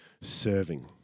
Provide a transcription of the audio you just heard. serving